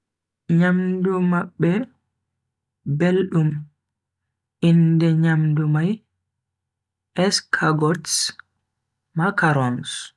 Nyamdu mabbe beldum, inde nyamdu mai escargots, macarons.